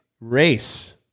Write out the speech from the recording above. race